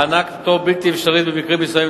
הענקת הפטור בלתי אפשרית במקרים מסוימים,